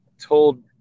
told